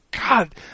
God